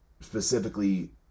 specifically